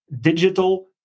digital